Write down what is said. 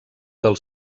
del